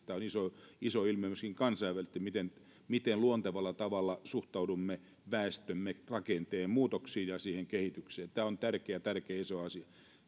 tämä on iso iso ilmiö myöskin kansainvälisesti miten miten luontevalla tavalla suhtaudumme väestömme rakenteen muutoksiin ja siihen kehitykseen tämä on tärkeä tärkeä ja iso asia